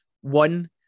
one